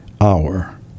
Hour